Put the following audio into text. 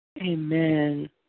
Amen